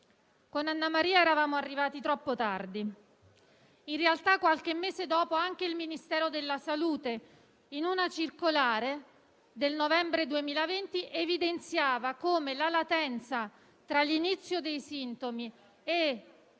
Con Annamaria eravamo arrivati troppo tardi. In realtà, qualche mese dopo anche il Ministero della salute, in una circolare del novembre 2020, evidenziava come la latenza tra l'inizio dei sintomi,